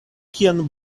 kiam